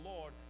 Lord